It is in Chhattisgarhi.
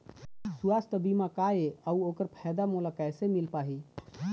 सुवास्थ बीमा का ए अउ ओकर फायदा मोला कैसे मिल पाही?